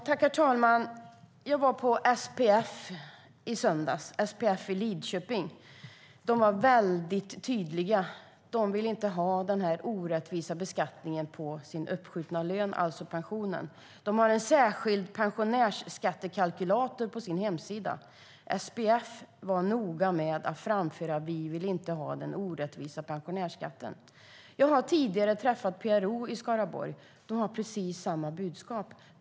Herr talman! Jag var på SPF i Lidköping i söndags. De var väldigt tydliga: De vill inte ha den här orättvisa beskattningen på sin uppskjutna lön, alltså pensionen. De har en särskild pensionärsskattekalkylator på sin hemsida. SPF var noga med att framföra att de inte vill ha den orättvisa pensionärsskatten. Jag har tidigare träffat PRO i Skaraborg. De har precis samma budskap.